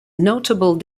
notable